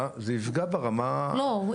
זה יפגע ברמה --- לא.